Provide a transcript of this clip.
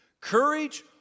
courage